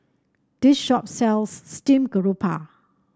this shop sells Steamed Garoupa